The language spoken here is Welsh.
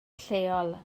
lleol